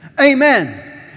Amen